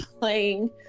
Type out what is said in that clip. playing